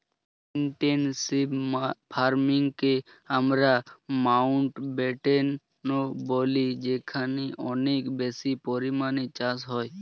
intensive ফার্মিংকে আমরা মাউন্টব্যাটেনও বলি যেখানে অনেক বেশি পরিমাণে চাষ হয়